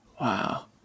Wow